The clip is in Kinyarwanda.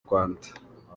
rwanda